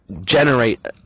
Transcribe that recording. generate—